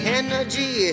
energy